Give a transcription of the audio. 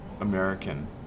American